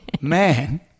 Man